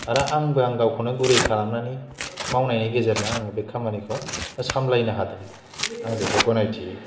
आरो आंबो आं गावखौनो गुरै खालामनानै मावनायनि गेजेरजों आं बि खामानिखौ सामलायनो हादों आं बेखौ गनायथियो